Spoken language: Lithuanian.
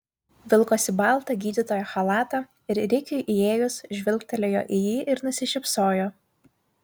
vilkosi baltą gydytojo chalatą ir rikiui įėjus žvilgtelėjo į jį ir nusišypsojo